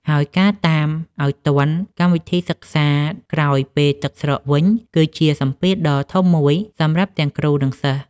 ហើយការតាមឱ្យទាន់កម្មវិធីសិក្សាក្រោយពេលទឹកស្រកវិញ គឺជាសម្ពាធដ៏ធំមួយសម្រាប់ទាំងគ្រូ និងសិស្ស។